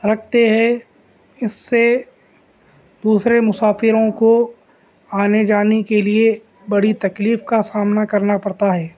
رکھتے ہے اس سے دوسرے مسافروں کو آنے جانے کے لیے بڑی تکلیف کا سامنا کرنا پڑتا ہے